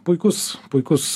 puikus puikus